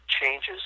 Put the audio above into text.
changes